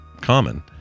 common